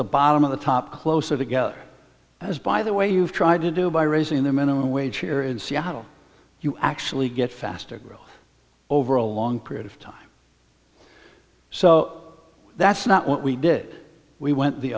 the bottom of the top closer together as by the way you've tried to do by raising the minimum wage here in seattle you actually get faster growth over a long period of time so that's not what we did we went the